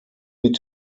mit